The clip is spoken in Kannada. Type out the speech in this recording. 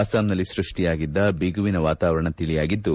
ಅಸ್ಸಾಂನಲ್ಲಿ ಸೃಷ್ಷಿಯಾಗಿದ್ದ ಬಿಗುವಿನ ವಾತಾವರಣ ತಿಳಿಯಾಗಿದ್ದು